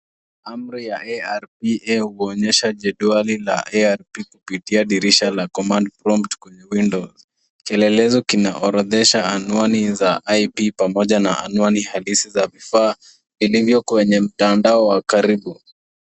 Amri ya ARPA huonyesha jedwali la ARP kupitia dirisha la command prompt kwenye windows . Kielelezo kinaorodhesha anwani za IP pamoja na anwani halisi za vifaa ilivyo kwenye mtandao wa karibu.